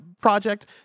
project